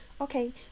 Okay